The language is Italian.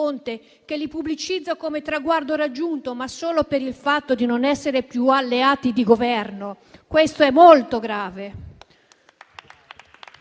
che li pubblicizza come traguardo raggiunto - ma solo per il fatto di non essere più alleati di Governo: questo è molto grave.